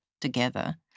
together